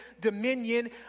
dominion